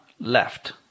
left